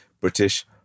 British